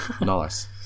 Nice